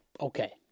Okay